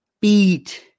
beat